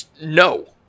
No